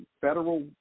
federal